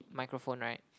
microphone right